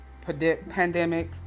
pandemic